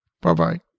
Bye-bye